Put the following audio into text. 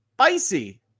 spicy